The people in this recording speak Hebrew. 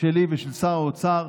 שלי ושל שר האוצר.